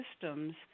systems